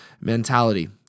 mentality